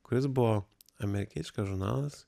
kuris buvo amerikietiškas žurnalas